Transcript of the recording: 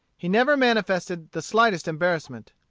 he never manifested the slightest embarrassment.